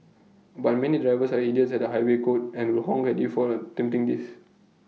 but many drivers are idiots at the highway code and will honk at you for attempting this